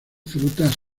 frutas